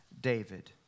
David